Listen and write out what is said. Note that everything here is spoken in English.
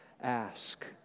ask